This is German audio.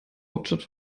hauptstadt